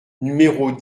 numéros